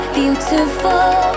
beautiful